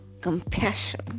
compassion